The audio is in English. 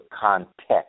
context